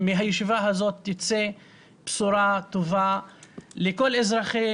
שמהישיבה הזאת תצא בשורה טובה לכול אזרחי